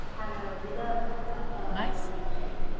ꯁꯥꯟꯅꯕꯁꯤꯗ ꯀꯔꯤ